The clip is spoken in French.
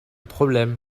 problème